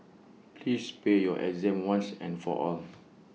please pair your exam once and for all